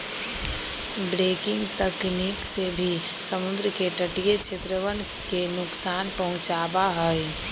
breaking तकनीक से भी समुद्र के तटीय क्षेत्रवन के नुकसान पहुंचावा हई